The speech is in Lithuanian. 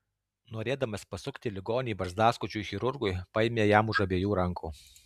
norėdamas pasukti ligonį barzdaskučiui chirurgui paėmė jam už abiejų rankų